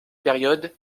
période